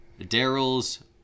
Daryl's